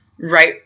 right